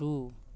दू